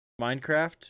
Minecraft